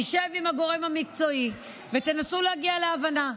תשב עם הגורם המקצועי ותנסו להגיע להבנה.